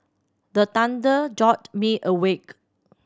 the thunder jolt me awake